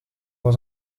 was